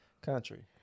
country